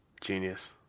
Genius